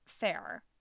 fair